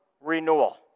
renewal